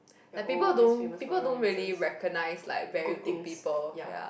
like people don't people don't really recognize like very good people ya